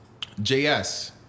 JS